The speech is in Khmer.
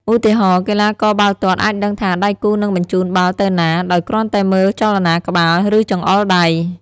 ឧទាហរណ៍ កីឡាករបាល់ទាត់អាចដឹងថាដៃគូនឹងបញ្ជូនបាល់ទៅណា ដោយគ្រាន់តែមើលចលនាក្បាល ឬចង្អុលដៃ។